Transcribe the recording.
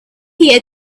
here